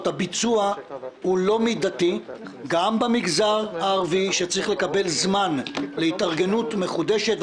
אבל הביצוע לא מדתי גם במגזר הערבי שצריך לקבל זמן להתארגנות מחודשת.